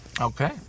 Okay